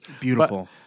Beautiful